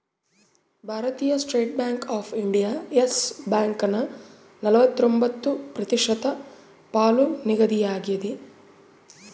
ಭಾರತೀಯ state bank of India yes ಬ್ಯಾಂಕನ ನಲವತ್ರೊಂಬತ್ತು ಪ್ರತಿಶತ ಪಾಲು ನಿಗದಿಯಾಗ್ಯದ